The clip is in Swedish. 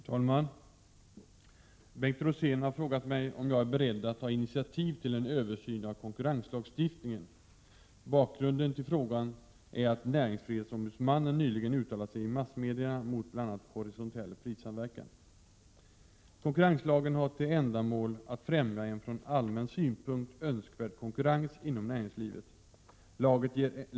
Herr talman! Bengt Rosén har frågat mig om jag är beredd att ta initiativ till en översyn av konkurrenslagstiftningen. Bakgrunden till frågan är att näringsfrihetsombudsmannen nyligen har uttalat sig i massmedierna mot bl.a. horisontell prissamverkan. Konkurrenslagen har till ändamål att främja en från allmän synpunkt önskvärd konkurrens inom näringslivet.